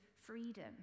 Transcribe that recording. freedom